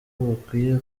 bakwiye